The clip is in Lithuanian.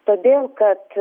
todėl kad